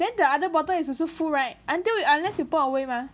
then the other bottle is also full right until you unless you pour away mah